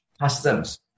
customs